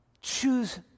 choose